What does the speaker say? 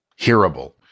hearable